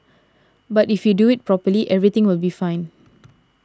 but if you do it properly everything will be fine